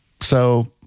So-